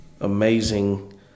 amazing